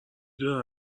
داره